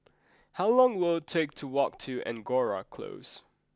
how long will it take to walk to Angora Close